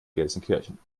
gelsenkirchen